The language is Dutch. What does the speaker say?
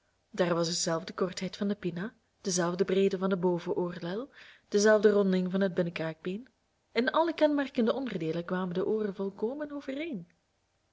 daar was dezelfde kortheid van de pinna dezelfde breedte van de bovenoorlel dezelfde ronding van het binnenkraakbeen in alle kenmerkende onderdeelen kwamen de ooren volkomen overeen